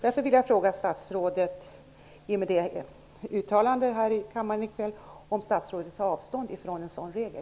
Jag vill därför fråga statsrådet, mot bakgrund av hennes uttalande här i kammaren i kväll, om statsrådet tar avstånd från en sådan regel.